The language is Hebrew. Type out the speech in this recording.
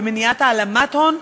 ומניעת העלמת הון,